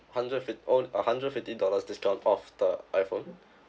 hundred fif~ oh a hundred fifty dollars discount off the iPhone